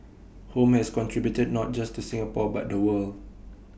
home has contributed not just to Singapore but the world